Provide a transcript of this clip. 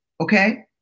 okay